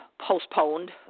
postponed